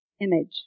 image